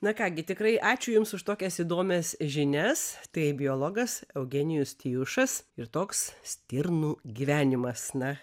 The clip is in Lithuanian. na ką gi tikrai ačiū jums už tokias įdomias žinias tai biologas eugenijus tijušas ir toks stirnų gyvenimas na